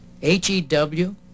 HEW